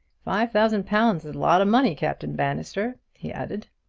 five thousand pounds is a lot of money, captain bannister, he added.